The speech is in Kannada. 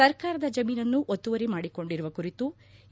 ಸರಕಾರದ ಜಮೀನನ್ನು ಒತ್ತುವರಿ ಮಾಡಿಕೊಂಡಿರುವ ಕುರಿತು ಎ